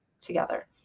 together